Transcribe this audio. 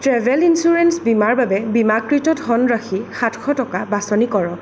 travel insurance বীমাৰ বাবে বীমাকৃত ধনৰাশি সাতশ টকা বাছনি কৰক